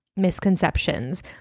misconceptions